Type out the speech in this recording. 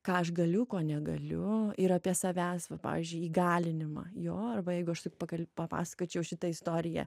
ką aš galiu ko negaliu ir apie savęs va pavyzdžiui įgalinimą jo arba jeigu aš taip pagal papasakočiau šitą istoriją